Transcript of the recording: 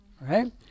right